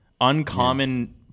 uncommon